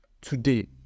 today